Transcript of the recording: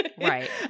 Right